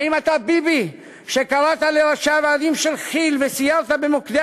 האם אתה ביבי שקרא לראשי הוועדים של כי"ל וסייר במוקדי